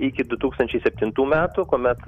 iki du tūkstančiai septintų metų kuomet